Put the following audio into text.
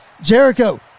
Jericho